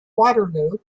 waterloo